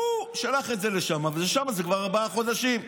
והוא שלח את זה לשם, ושם זה כבר ארבעה חודשים.